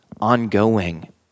ongoing